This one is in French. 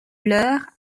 leur